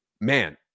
man